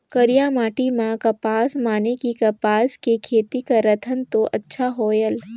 करिया माटी म कपसा माने कि कपास के खेती करथन तो अच्छा होयल?